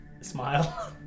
smile